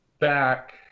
back